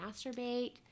masturbate